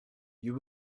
you